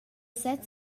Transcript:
sez